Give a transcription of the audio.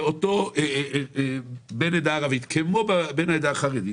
אותו בן עדה ערבית כמו בן העדה החרדית,